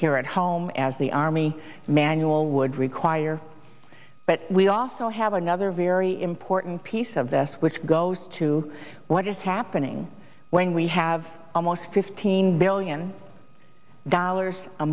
here at home as the army manual would require but we also have another very important piece of this which goes to what is happening when we have almost fifteen billion dollars a